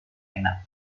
enak